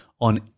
on